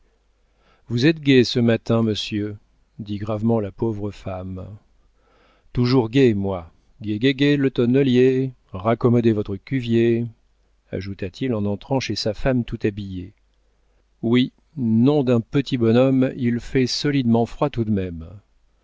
vous êtes gai ce matin monsieur dit gravement la pauvre femme toujours gai moi gai gai gai le tonnelier raccommodez votre cuvier ajouta-t-il en entrant chez sa femme tout habillé oui nom d'un petit bonhomme il fait solidement froid tout de même